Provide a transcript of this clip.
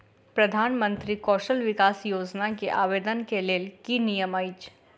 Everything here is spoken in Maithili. प्रधानमंत्री कौशल विकास योजना केँ आवेदन केँ लेल की नियम अछि?